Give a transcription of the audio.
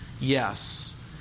yes